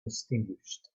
extinguished